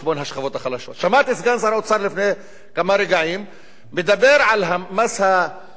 שמעתי את סגן שר האוצר לפני כמה דקות מדבר על מס ערך מוסף,